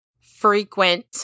frequent